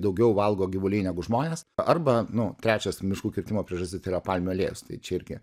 daugiau valgo gyvuliai negu žmonės arba nu trečias miškų kirtimo priežastis yra palmių aliejus tai čia irgi